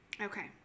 Okay